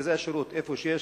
שבמרכזי השירות, היכן שיש,